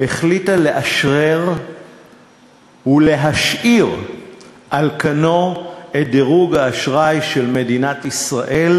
החליטה לאשרר ולהשאיר על כנו את דירוג האשראי של מדינת ישראל,